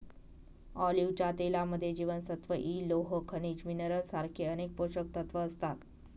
ऑलिव्हच्या तेलामध्ये जीवनसत्व इ, लोह, खनिज मिनरल सारखे अनेक पोषकतत्व असतात